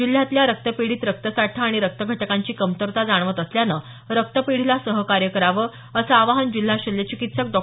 जिल्ह्यातल्या रक्तपेढीत रक्तसाठा आणि रक्त घटकांची कमतरता जाणवत असल्यानं रक्तपेढीला सहकार्य करावं असं आवाहन जिल्हा शल्यचिकित्सक डॉ